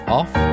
off